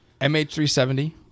MH370